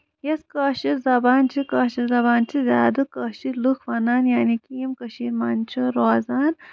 یۄس کٲشِر زَبان چھِ یِتھ کٲشِر زبان چھِ زیادٕ کٲشِر لُکھ وَنان یعنے کہِ یِم کٔشیٖرِ منٛز چھِ روزان